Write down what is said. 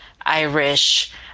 Irish